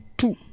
two